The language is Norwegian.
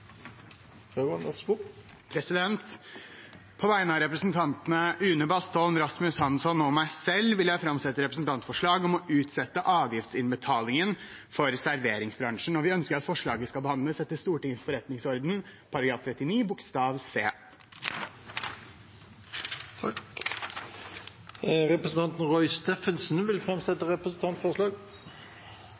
På vegne av representantene Une Bastholm, Rasmus Hansson og meg selv vil jeg framsette et representantforslag om å utsette avgiftsinnbetaling for serveringsbransjen. Vi ønsker at forslaget skal behandles etter Stortingets forretningsorden § 39 annet ledd bokstav c. Representanten Roy Steffensen vil framsette et representantforslag.